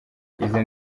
ize